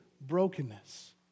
brokenness